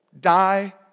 die